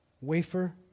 wafer